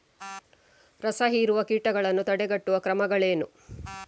ರಸಹೀರುವ ಕೀಟಗಳನ್ನು ತಡೆಗಟ್ಟುವ ಕ್ರಮಗಳೇನು?